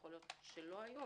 יכול להיות שלא היו,